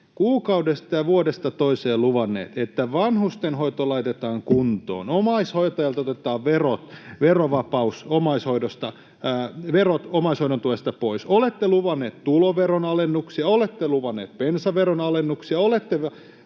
kuukaudesta ja vuodesta toiseen luvanneet, että vanhustenhoito laitetaan kuntoon, omaishoitajalta otetaan verot omaishoidon tuesta pois, olette luvanneet tuloveron alennuksia, olette luvanneet bensaveron alennuksia, olette